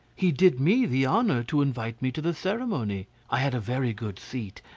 he did me the honour to invite me to the ceremony. i had a very good seat,